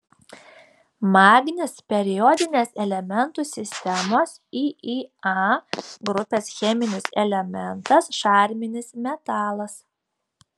magnis periodinės elementų sistemos iia grupės cheminis elementas šarminis metalas